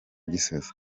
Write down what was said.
gisozi